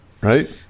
right